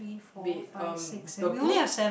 wait um the booth